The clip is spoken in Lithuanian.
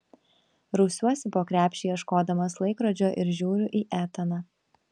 rausiuosi po krepšį ieškodamas laikrodžio ir žiūriu į etaną